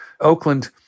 Oakland